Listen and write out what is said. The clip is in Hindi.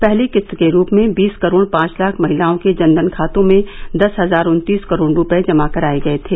पहली किस्त के रूप में बीस करोड़ पांच लाख महिलाओं के जन धन खातों में दस हजार उन्तीस करोड़ रुपए जमा कराए गए थे